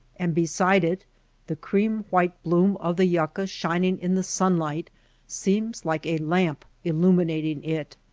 and beside it the cream white bloom of the yucca shining in the sunlight seems like a lamp illuminating it.